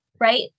right